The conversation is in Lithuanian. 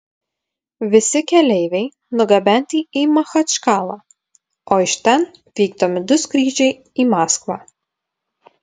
visi keleiviai nugabenti į machačkalą o iš ten vykdomi du skrydžiai į maskvą